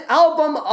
album